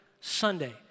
Sunday